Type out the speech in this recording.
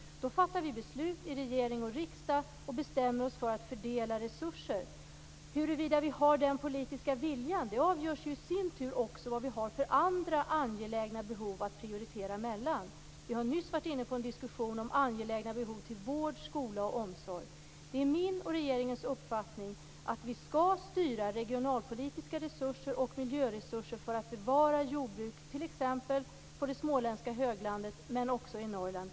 Då fattar vi beslut i regering och riksdag och bestämmer oss för att fördela resurserna. Huruvida vi har den politiska viljan avgörs i sin tur också av vilka andra angelägna behov vi har att prioritera. Det fördes nyss en diskussion om angelägna behov inom vård, skola och omsorg. Det är min och regeringens uppfattning att vi skall styra regionalpolitiska resurser och miljöresurser för att bevara jordbruket t.ex. på det småländska höglandet men också i Norrland.